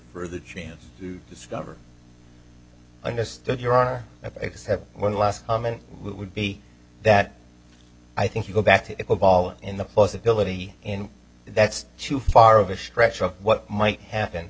for the chance to discover understood your honor i just have one last comment would be that i think you go back to the ball in the plausibility in that's too far of a stretch of what might happen